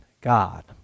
God